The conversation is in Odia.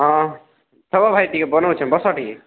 ହଁ ତମର୍ ଭାଇ ଟିକେ ବନଉଛେ ବସ ଟିକେ